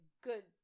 good